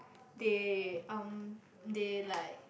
they um they like